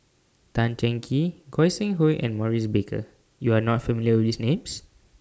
Tan Cheng Kee Goi Seng Hui and Maurice Baker YOU Are not familiar with These Names